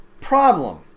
problem